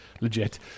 legit